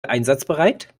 einsatzbereit